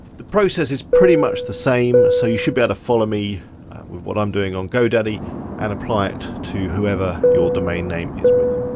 the process is pretty much the same, so you should be able to follow me with what i'm doing on godaddy and apply it to whoever your domain name is with.